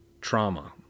Trauma